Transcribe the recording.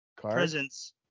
presence